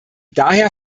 daher